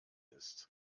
ist